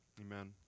Amen